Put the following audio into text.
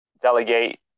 delegate